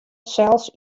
sels